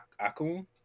Akun